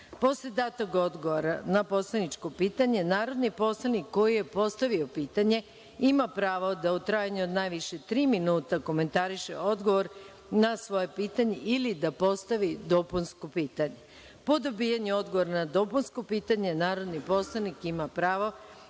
Posle datog odgovora na poslaničko pitanje narodni poslanik koji je postavio pitanje ima pravo da u trajanju od najviše tri minuta komentariše odgovor na svoje pitanje ili da postavi dopunsko pitanje. Po dobijanju odgovora na dopunsko pitanje narodni poslanik ima pravo